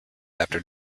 after